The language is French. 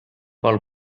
parle